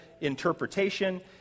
interpretation